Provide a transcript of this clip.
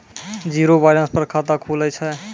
Zero balance पर खाता खुले छै?